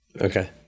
Okay